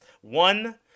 one